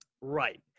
Right